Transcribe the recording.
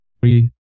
three